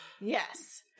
Yes